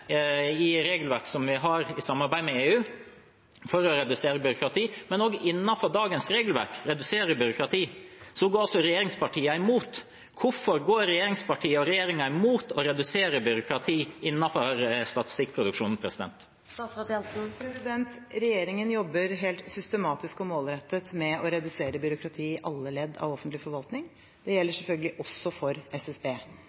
regelverket vi har i samarbeid med EU, for å redusere byråkratiet, og innenfor dagens regelverk redusere byråkratiet, går altså regjeringspartiene imot. Hvorfor går regjeringspartiene og regjeringen imot å redusere byråkratiet innenfor statistikkproduksjonen? Regjeringen jobber helt systematisk og målrettet med å redusere byråkratiet i alle ledd av offentlig forvaltning. Det